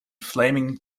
flaming